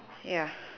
ya